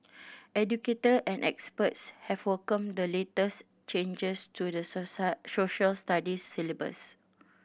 educator and experts have welcomed the latest changes to the Social Studies syllabus